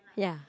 ya